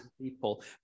people